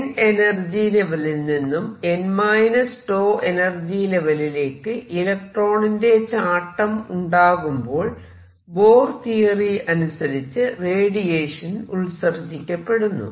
n energy ലെവലിൽ നിന്നും n 𝞃 energy ലെവലിലേക്ക് ഇലക്ട്രോണിന്റെ ചാട്ടം ഉണ്ടാകുമ്പോൾ ബോർ തിയറി അനുസരിച്ച് റേഡിയേഷൻ ഉത്സർജിക്കപ്പെടുന്നു